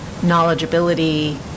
knowledgeability